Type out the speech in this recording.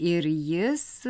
ir jis